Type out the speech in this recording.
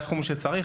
שצריך,